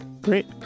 Great